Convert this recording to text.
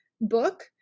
book